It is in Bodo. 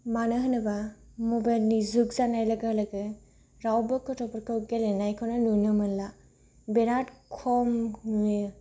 मानो होनोब्ला मबाइलनि जुग जानाय लोगो लोगो रावबो गथ'फोरखौ गेलेनायखौनो नुनो मोनला बिराद खम नुयो